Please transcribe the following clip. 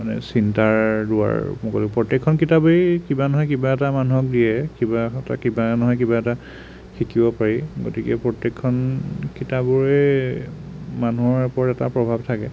মানে চিন্তাৰ দুৱাৰ মুকলি প্ৰত্যেকখন কিতাপেই কিবা নহয় কিবা এটা মানুহক দিয়ে কিবা কিবা নহয় কিবা এটা শিকিব পাৰি গতিকে প্ৰত্যেকখন কিতাপৰে মানুহৰ ওপৰত এটা প্ৰভাৱ থাকে